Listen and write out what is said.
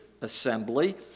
assembly